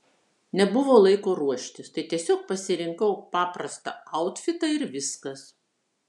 nebuvo laiko ruoštis tai tiesiog pasirinkau paprastą autfitą ir viskas